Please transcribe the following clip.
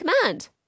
command